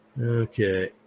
Okay